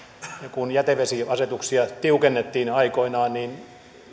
kun jätevesiasetuksia tiukennettiin aikoinaan niin